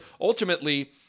ultimately